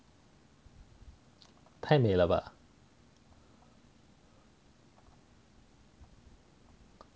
太美了吧